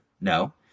No